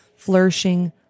flourishing